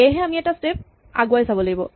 সেয়েহে আমি এটা স্টেপ আগুৱাই চাব লাগিব